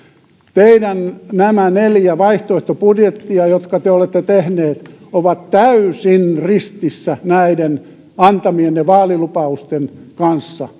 teidän nämä neljä vaihtoehtobudjettianne jotka te olette tehneet ovat täysin ristissä näiden antamienne vaalilupausten kanssa